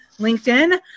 LinkedIn